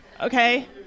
okay